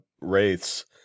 wraiths